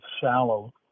shallow